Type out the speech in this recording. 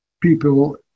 people